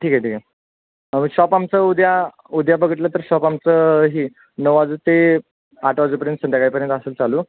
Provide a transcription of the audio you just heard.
ठीक आहे ठीक आहे शॉप आमचं उद्या उद्या बघितलं तर शॉप आमचं ही नऊ वाजू ते आठ वाजेपर्यंत संध्याकाळपर्यंत असेल चालू